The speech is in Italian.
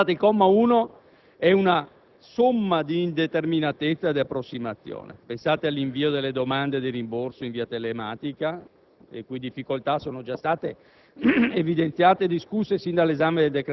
Potremmo in questo caso informarci della fondatezza delle mie premesse, cioè del fatto che questo decreto poco e male dà risposta alle opportune e giuste aspettative del contribuente.